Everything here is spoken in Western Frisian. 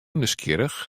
nijsgjirrich